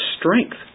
strength